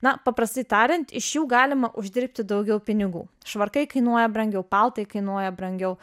na paprastai tariant iš jų galima uždirbti daugiau pinigų švarkai kainuoja brangiau paltai kainuoja brangiau